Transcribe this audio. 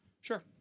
Sure